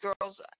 girls